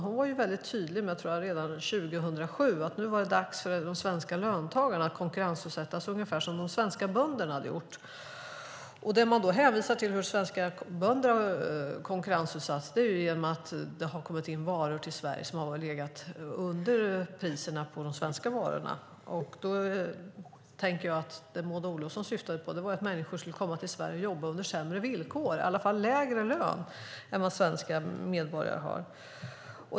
Hon var väldigt tydlig med - redan 2007, tror jag - att det nu var dags för de svenska löntagarna att konkurrensutsättas, ungefär som de svenska bönderna hade blivit. Det man hänvisar till när det gäller hur svenska bönder har konkurrensutsatts är att det har kommit in varor till Sverige som har legat under priserna på de svenska varorna. Då tänker jag att det Maud Olofsson syftade på var att människor skulle komma till Sverige och jobba under sämre villkor, i alla fall med lägre lön, än vad svenska medborgare har.